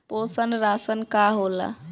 पोषण राशन का होला?